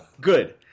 Good